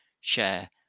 share